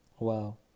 Wow